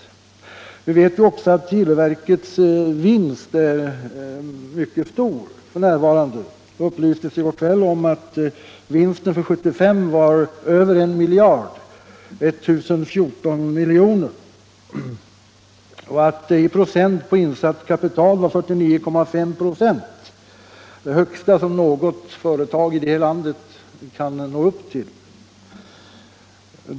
22 januari 1976 Vi vet också att televerkets vinst f. n. är mycket stor. Det upplystes = i går kväll att vinsten för 1975 var 1014 milj.kr., eller 49,5 "» på insatt — Om utredningen för kapital — det högsta som något företag här i landet kan nå upp till.